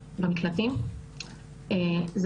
והנשים פשוט מתכנסות סביב איזו מצלמה,